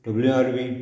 W R V